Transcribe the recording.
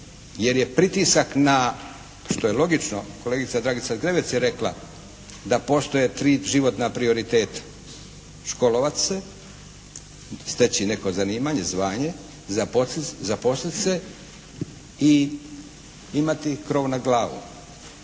jer je pritisak na što je logično kolegica Dragica Zgrebec je rekla da postoje tri životna prioriteta –školovati se, steći neko zanimanje, zvanje, zaposliti se i imati krov nad glavom.